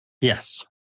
Yes